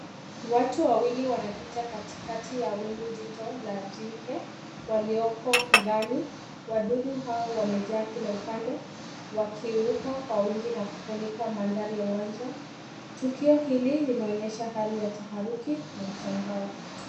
Watu wawili wanapita katikati ya wingu nzito la nzige walioko angani, wadudu hao wamejaa kila upande wakiruka kwa wingi na kufunika mandhari ya uwanja tukio hili lina onyesha hali ya taharuki na mshangao.